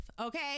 okay